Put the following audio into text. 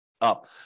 Up